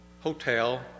hotel